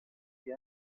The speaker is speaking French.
est